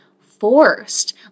forced